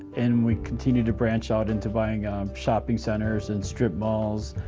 and we continue to branch out into buying shopping centers and strip malls.